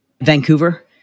Vancouver